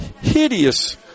hideous